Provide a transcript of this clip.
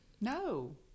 No